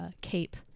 cape